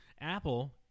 Apple